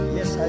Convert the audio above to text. Yes